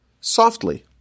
softly